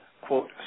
quote